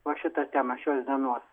va šitą temą šios dienos